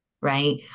right